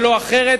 ולא אחרת,